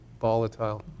volatile